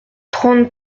trente